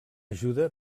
ajuda